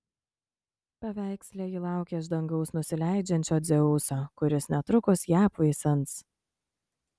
paveiksle ji laukia iš dangaus nusileidžiančio dzeuso kuris netrukus ją apvaisins